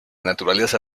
naturaleza